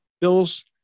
bills